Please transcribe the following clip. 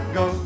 go